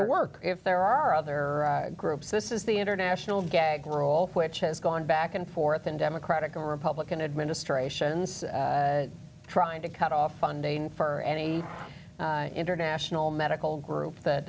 other work if there are other groups this is the international gag rule which has gone back and forth in democratic and republican administrations trying to cut off funding for any international medical group that